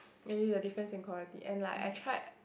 imagine the difference in quality and like I tried